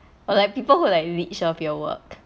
or like people who like leech off your work